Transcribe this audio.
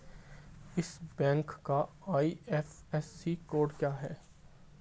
इस बैंक का IFSC code क्या है?